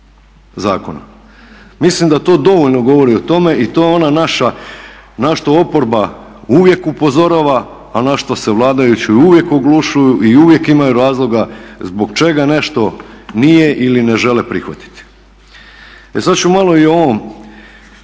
Mislim da to dovoljno govori o tome i to je ona naša na što oporba uvijek upozorava, a na što se vladajući uvijek oglušuju i uvijek imaju razloga zbog čega nešto nije ili ne žele prihvatiti. E sad ću malo i o ovom